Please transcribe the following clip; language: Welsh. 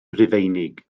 rufeinig